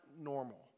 normal